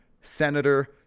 Senator